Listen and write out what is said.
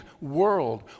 world